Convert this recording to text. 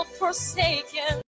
forsaken